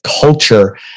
culture